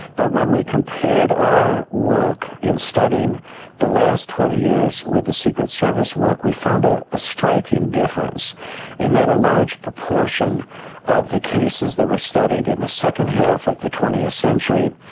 but when we compared our work in studying the last twenty years with the secret service work we found ah a striking difference in that a large proportion of the cases that were studied in the second half of the twentieth century,